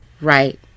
Right